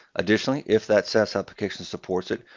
additionally, if that saas application supports it,